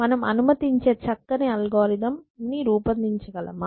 మనం అనుమతించే చక్కని అల్గోరిథం ను రూపొందించగలమా